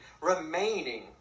remaining